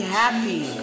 happy